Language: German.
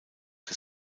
des